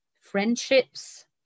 friendships